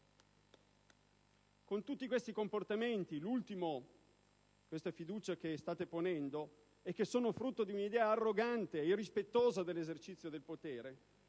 Con tutti questi comportamenti, in ultimo la fiducia che state ponendo, che sono frutto di un'idea arrogante e irrispettosa dell'esercizio del potere,